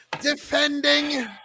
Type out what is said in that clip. defending